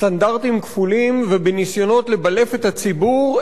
בסטנדרטים כפולים ובניסיונות לבלף את הציבור,